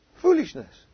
Foolishness